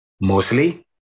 mostly